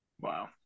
Wow